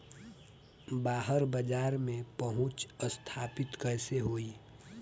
बाहर बाजार में पहुंच स्थापित कैसे होई?